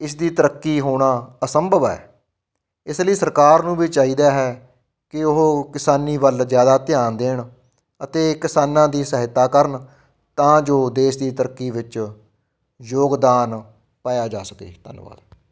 ਇਸ ਦੀ ਤਰੱਕੀ ਹੋਣਾ ਅਸੰਭਵ ਹੈ ਇਸ ਲਈ ਸਰਕਾਰ ਨੂੰ ਵੀ ਚਾਹੀਦਾ ਹੈ ਕਿ ਉਹ ਕਿਸਾਨੀ ਵੱਲ ਜ਼ਿਆਦਾ ਧਿਆਨ ਦੇਣ ਅਤੇ ਕਿਸਾਨਾਂ ਦੀ ਸਹਾਇਤਾ ਕਰਨ ਤਾਂ ਜੋ ਦੇਸ਼ ਦੀ ਤਰੱਕੀ ਵਿੱਚ ਯੋਗਦਾਨ ਪਾਇਆ ਜਾ ਸਕੇ ਧੰਨਵਾਦ